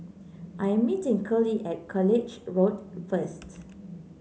I am meeting Curley at College Road first